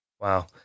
Wow